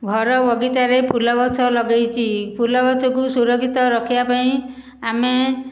ଘର ବଗିଚାରେ ଫୁଲ ଗଛ ଲଗାଇଛି ଫୁଲ ଗଛକୁ ସୁରକ୍ଷିତ ରଖିବା ପାଇଁ ଆମେ